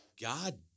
God